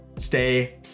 stay